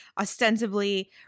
ostensibly